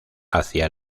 hacia